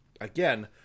again